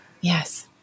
Yes